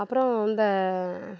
அப்புறம் இந்த